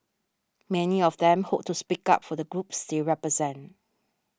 many of them hope to speak up for the groups they represent